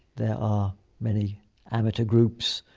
there are many amateur groups.